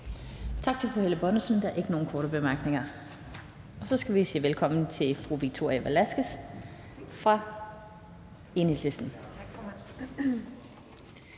Tak til fru Helle Bonnesen. Der er ikke nogen korte bemærkninger. Så siger vi velkommen til fru Victoria Velasquez fra Enhedslisten.